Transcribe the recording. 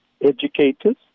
educators